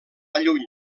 lluny